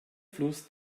fluss